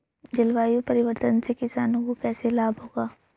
जलवायु परिवर्तन से किसानों को कैसे लाभ होगा?